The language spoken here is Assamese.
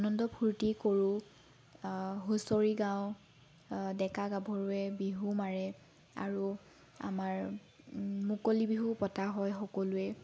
আনন্দ ফূৰ্ত্তি কৰোঁ হুচৰি গাওঁ ডেকা গাভৰুৱে বিহু মাৰে আৰু আমাৰ মুকলি বিহুও পতা হয় সকলোৱে